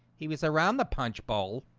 he was around the punch bowl